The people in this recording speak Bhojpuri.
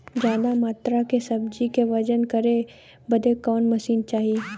ज्यादा मात्रा के सब्जी के वजन करे बदे कवन मशीन चाही?